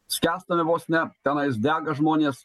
skęstame vos ne tenai dega žmonės